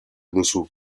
duzu